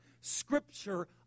scripture